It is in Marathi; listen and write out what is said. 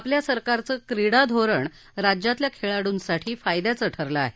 आपल्या सरकारचं क्रीडा धोरण राज्यातल्या खेळाडूंसाठी फायद्याचं ठरलं आहे